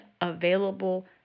available